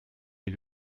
est